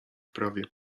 prawie